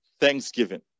thanksgiving